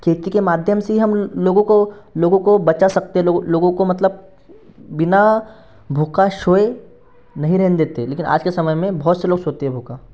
खेती के माध्यम से ही हम लो लोगों को लोगों को बचा सकते हैं लोगों को मतलब बिना भूखा सोए नहीं रहने देते लेकिन आजके समय में बहुत से लोग सोते हैं भूखा